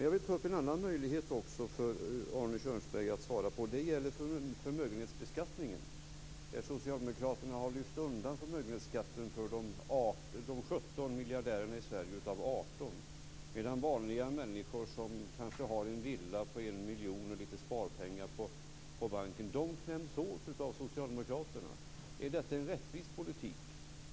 Jag vill ta upp en annan sak som jag vill ge Arne Kjörnsberg möjlighet att svara på, och det gäller förmögenhetsbeskattningen, där socialdemokraterna har lyft undan förmögenhetsskatten för 17 av de 18 miljardärerna i Sverige, medan vanliga människor som kanske har en villa som är värd 1 miljon och lite sparpengar på banken kläms åt av socialdemokraterna. Är detta en rättvis politik?